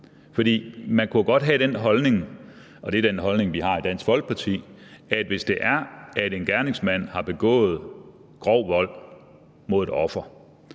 man kunne jo godt have den holdning – og det er den holdning, vi har i Dansk Folkeparti – at hvis en gerningsmand har begået grov vold mod et offer,